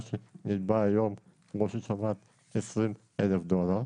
אני מחזק את מה שאמרת קודם,